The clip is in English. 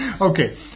Okay